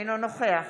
אינו נוכח